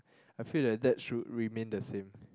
I feel that that should remain the same